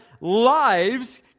lives